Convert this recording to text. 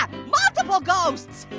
multiple ghosts.